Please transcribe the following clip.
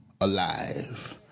alive